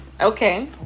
Okay